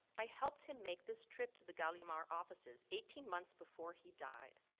i helped him make this trip to the gallimard offices. eighteen months before he died,